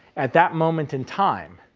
at that moment in time,